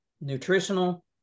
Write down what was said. nutritional